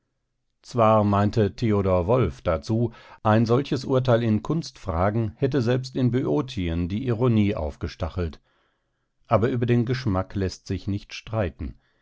zwar meinte theodor wolff dazu ein solches urteil in kunstfragen hätte selbst in böotien die ironie aufgestachelt aber über den geschmack läßt sich nicht streiten